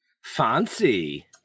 Fancy